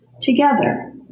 together